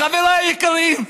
חבריי היקרים,